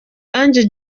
ange